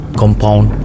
compound